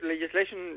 legislation